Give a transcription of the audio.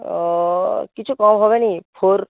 ও কিছু কম হবে না ফোর